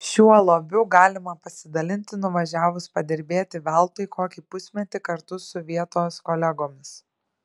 šiuo lobiu galima pasidalinti nuvažiavus padirbėti veltui kokį pusmetį kartu su vietos kolegomis